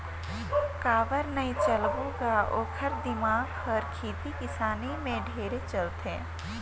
काबर नई चलबो ग ओखर दिमाक हर खेती किसानी में ढेरे चलथे